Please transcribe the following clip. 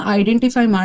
identify